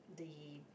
the